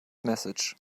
message